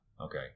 Okay